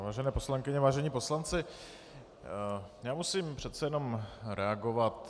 Vážené poslankyně, vážení poslanci, já musím přece jenom reagovat.